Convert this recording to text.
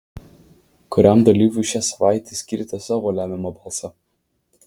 kuriam dalyviui šią savaitę skiriate savo lemiamą balsą